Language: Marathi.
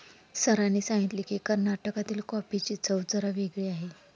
सरांनी सांगितले की, कर्नाटकातील कॉफीची चव जरा वेगळी आहे